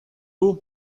nur